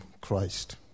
Christ